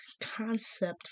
concept